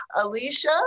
Alicia